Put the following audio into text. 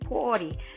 party